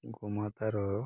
ଗୋମାତାର